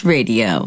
Radio